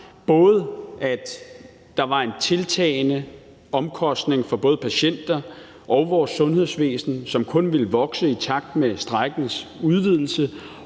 både at der var en tiltagende omkostning for både patienter og vores sundhedsvæsen, som kun ville vokse i takt med strejkens udvidelse,